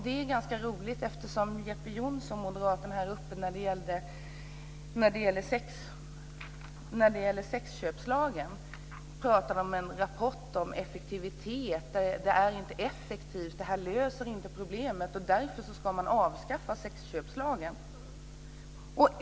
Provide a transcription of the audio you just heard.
Det är ganska intressant att moderaten Jeppe Johnsson när det gällde sexköpslagen talade om en rapport om effektivitet. Han sade att lagen inte är effektiv och inte löser problemet och att man därför ska avskaffa sexköpslagen.